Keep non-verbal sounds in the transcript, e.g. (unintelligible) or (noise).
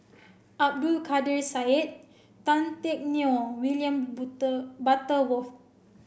Abdul Kadir Syed Tan Teck Neo William (unintelligible) Butterworth